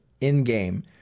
in-game